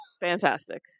Fantastic